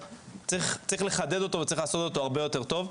כי צריך לחדד אותו וצריך לעשות אותו הרבה יותר טוב.